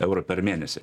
eurų per mėnesį